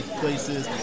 places